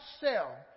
sell